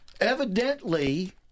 evidently